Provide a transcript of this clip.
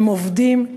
הם עובדים,